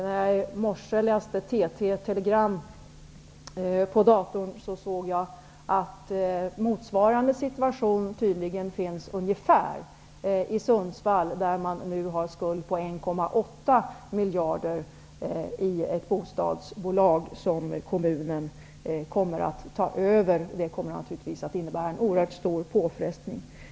När jag i morse på datorn läste telegram från TT såg jag att ungefär motsvarande situation tydligen finns i Sundsvall, där man nu har en skuld på 1,8 miljarder i ett bostadsbolag som kommunen kommer att ta över. Det kommer naturligtvis att innebära en oerhört stor påfrestning.